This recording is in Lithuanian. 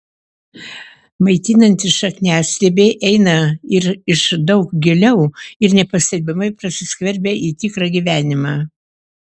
maitinantys šakniastiebiai eina ir iš daug giliau ir nepastebimai prasiskverbia į tikrą gyvenimą